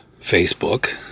Facebook